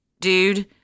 Dude